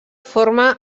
forma